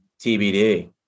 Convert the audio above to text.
TBD